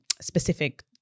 specific